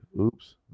oops